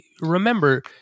remember